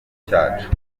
cyacu